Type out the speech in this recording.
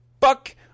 fuck